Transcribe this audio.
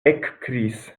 ekkriis